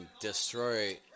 destroy